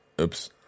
Oops